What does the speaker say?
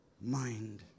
mind